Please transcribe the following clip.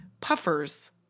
puffers